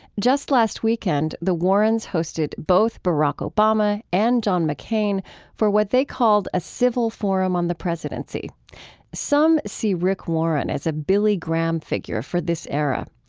just last weekend, the warrens hosted both barack obama and john mccain for what they called a civil forum on the presidency some see rick warren as a billy graham figure for this era.